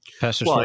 Pastor